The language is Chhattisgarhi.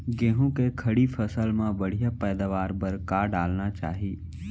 गेहूँ के खड़ी फसल मा बढ़िया पैदावार बर का डालना चाही?